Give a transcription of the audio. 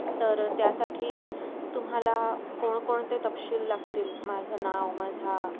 तर त्यासाठी तुम्हाला कोणकोणते तपशील लागतील माझं नाव माझा